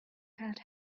had